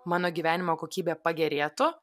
mano gyvenimo kokybė pagerėtų